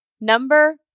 number